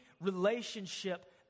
relationship